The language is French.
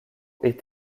est